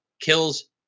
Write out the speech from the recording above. kills